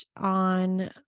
on